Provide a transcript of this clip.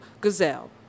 gazelle